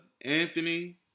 Anthony